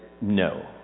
no